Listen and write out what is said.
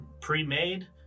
pre-made